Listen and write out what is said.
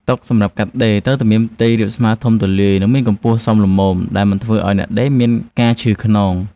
តុសម្រាប់កាត់ដេរត្រូវតែមានផ្ទៃរាបស្មើធំទូលាយ និងមានកម្ពស់សមល្មមដែលមិនធ្វើឱ្យអ្នកដេរមានការឈឺខ្នង។